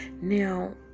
now